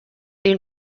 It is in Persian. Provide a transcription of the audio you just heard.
این